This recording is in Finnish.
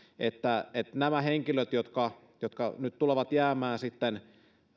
että nämä henkilöt jotka jotka nyt tulevat jäämään